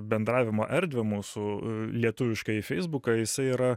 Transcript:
bendravimo erdvę mūsų lietuviškąjį feisbuką jisai yra